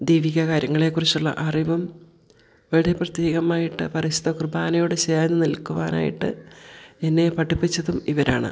ദൈവിക കാര്യങ്ങളെ കുറിച്ചുള്ള അറിവും അവരുടെ പ്രത്യേകമായിട്ട് പരിശുദ്ധ കുർബാനയോട് ചേർന്നു നിൽക്കുവാനായിട്ട് എന്നെ പഠിപ്പിച്ചതും ഇവരാണ്